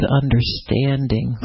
understanding